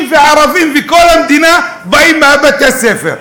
וערבים בכל המדינה באים מבתי-הספר האלה.